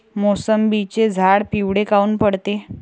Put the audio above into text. मोसंबीचे झाडं पिवळे काऊन पडते?